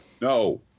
no